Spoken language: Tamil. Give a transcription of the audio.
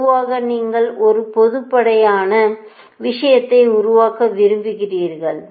பொதுவாக நீங்கள் ஒரு பொதுமைப்படுத்தப்பட்ட விஷயத்தை உருவாக்க விரும்புகிறீர்கள்